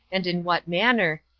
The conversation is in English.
and in what manner,